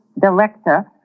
director